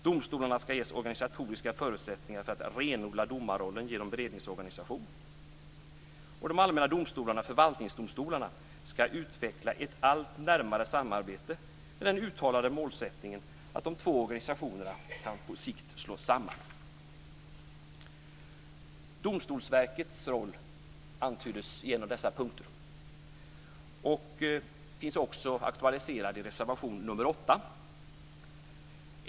Domstolarna ska ges organisatoriska förutsättningar att renodla domarrollen genom beredningsorganisation. De allmänna domstolarna, förvaltningsdomstolarna, ska utveckla ett allt närmare samarbete med den uttalade målsättningen att de två organisationerna på sikt kan slås samman. Domstolsverkets roll antyddes i en av dessa punkter och finns också aktualiserad i reservation nr 8.